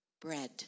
bread